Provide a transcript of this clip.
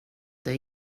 dig